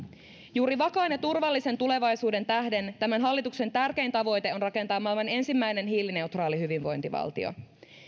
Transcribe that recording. juuri vakaan ja turvallisen tulevaisuuden tähden tämän hallituksen tärkein tavoite on rakentaa maailman ensimmäinen hiilineutraali hyvinvointivaltio